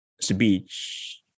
speech